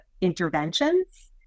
interventions